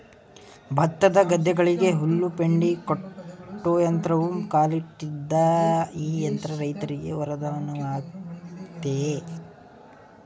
ಭತ್ತದ ಗದ್ದೆಗಳಿಗೆ ಹುಲ್ಲು ಪೆಂಡಿ ಕಟ್ಟೋ ಯಂತ್ರವೂ ಕಾಲಿಟ್ಟಿದೆ ಈ ಯಂತ್ರ ರೈತರಿಗೆ ವರದಾನವಾಗಯ್ತೆ